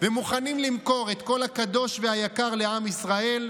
ומוכנים למכור את כל הקדוש והיקר לעם ישראל,